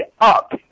up